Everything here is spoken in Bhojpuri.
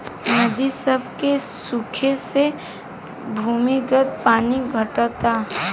नदी सभ के सुखे से भूमिगत पानी घटता